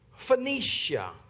Phoenicia